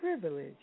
privilege